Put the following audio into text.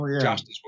justice